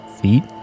feet